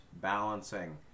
balancing